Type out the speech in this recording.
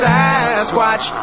Sasquatch